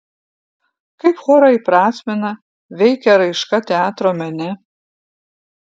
kaip chorą įprasmina veikia raiška teatro mene